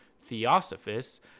theosophists